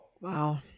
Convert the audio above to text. Wow